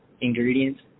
ingredients